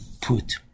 put